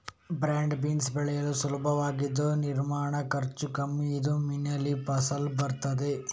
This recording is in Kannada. ಬ್ರಾಡ್ ಬೀನ್ಸ್ ಬೆಳೆಯಲು ಸುಲಭವಾಗಿದ್ದು ನಿರ್ವಹಣೆ ಖರ್ಚು ಕಮ್ಮಿ ಇದ್ದು ಮೇನಲ್ಲಿ ಫಸಲು ಬರ್ತದೆ